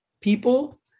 people